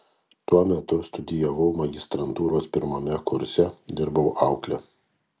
tuo metu studijavau magistrantūros pirmame kurse dirbau aukle